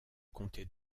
comté